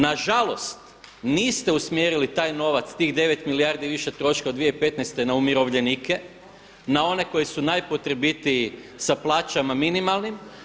Nažalost, niste usmjerili taj novac, tih 9 milijardi više troška od 2015. na umirovljenike, na one koji su najpotrebitiji sa plaćama minimalnim.